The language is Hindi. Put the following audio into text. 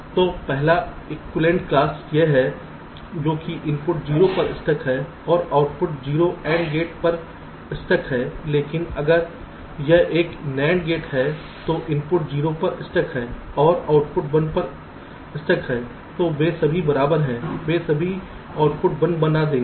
तो पहला इक्विवेलेंट क्लास यह है जो कि इनपुट 0 पर स्टक है और आउटपुट 0 AND गेट पर स्टक है लेकिन अगर यह एक NAND गेट है जो इनपुट 0 पर स्टक है और आउटपुट 1 पर स्टक है तो वे सभी बराबर हैं वे सभी आउटपुट 1 बना देंगे